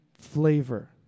flavor